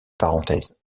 parenthèses